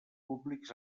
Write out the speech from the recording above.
públics